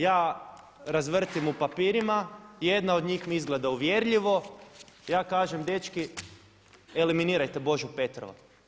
Ja razvrtim u papirima, jedna od njih mi izgleda uvjerljivo, ja kažem dečki eliminirajte Božu Petrova.